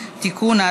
(מינויים) (תיקון,